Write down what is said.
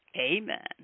Amen